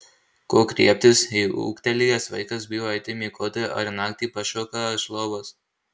ko griebtis jei ūgtelėjęs vaikas bijo eiti miegoti ar naktį pašoka iš lovos